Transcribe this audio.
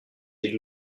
des